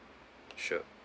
sure